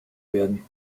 werden